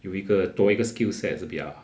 有一个多一个 skill sets 也是比较